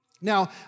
Now